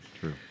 True